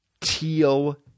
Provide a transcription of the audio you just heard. teal